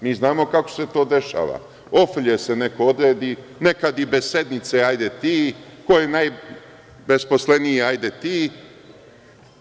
Mi znamo kako se to dešava, ofrlje se neko odredi, nekad i bez sednice, ko je najbesposleniji, hajde ti.